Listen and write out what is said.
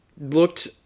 looked